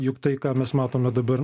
juk tai ką mes matome dabar